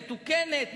מתוקנת,